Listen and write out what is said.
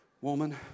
Woman